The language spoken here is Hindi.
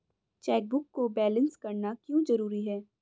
चेकबुक को बैलेंस करना क्यों जरूरी है?